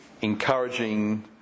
encouraging